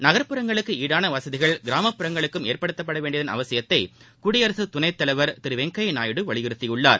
நகர்ப்புறங்களுக்கு ஈடான வசதிகள் கிராமப்புறங்களுக்கும் ஏற்படுத்தப்பட வேண்டிதன் அவசியத்தை குடியரசுத்துணைத்தலைவர் திரு வெங்கய்யா நாயுடு வலியுறுத்தியுள்ளார்